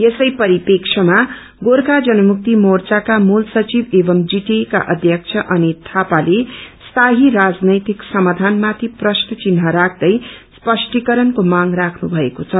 यसै परप्रेक्षमा गोर्खा जनमुक्ति मोर्चाका मूल संघिव एवं जीटीएका अध्यक्ष अनित थापाले स्थायी राजनैतिक समाधानमाथि प्रश्न चिन्ह राख्यै स्पष्टीकरणको माग राख्नु भएको छ